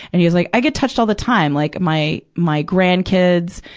and he was, like, i get touched all the time. like my, my grandkids.